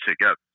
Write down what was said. together